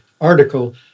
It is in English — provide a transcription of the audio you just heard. article